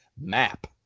map